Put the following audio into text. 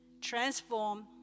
transform